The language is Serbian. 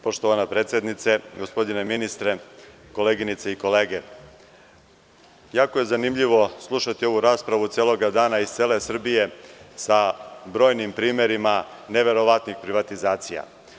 Poštovana predsednice, gospodine ministre, koleginice i kolege, jako je zanimljivo slušati ovu raspravu celog dana iz cele Srbije, sa brojnim primerima neverovatnih privatizacija.